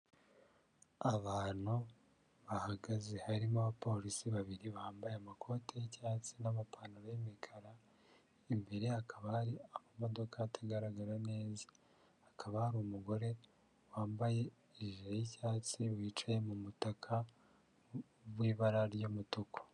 Abantu bahagaze harimo abapolisi babiri bambaye amakoti y'icyatsi n'amapantaro y'imikara, imbere hakaba hari amamodoka atagaragara neza. Hakaba hari umugore wambaye ijire y'icyatsi wicaye mu mutaka w'ibara ry'umutuku.